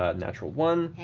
ah natural one.